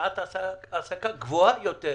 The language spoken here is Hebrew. גבוהה יותר.